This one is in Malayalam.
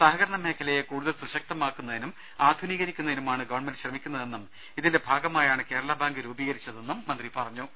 സഹകരണമേഖലയെ കൂടുതൽ സുശക്തമാക്കുന്നതിനും ആധുനീകരിക്കു ന്നതിനുമാണ് ഗവൺമെന്റ് ശ്രമിക്കുന്നതെന്നും ഇതിന്റെ ഭാഗമായാണ് കേരള ബാങ്ക് രൂപീകരിച്ചതെന്നും മന്ത്രി പറഞ്ഞു